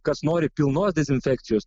kas nori pilnos dezinfekcijos